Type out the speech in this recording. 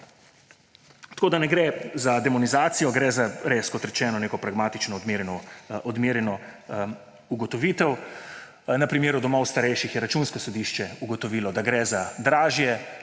Tako ne gre za demonizacijo, gre res, kot rečeno, za neko pragmatično odmerjeno ugotovitev. Na primeru domov starejših je Računsko sodišče ugotovilo, da gre za dražjo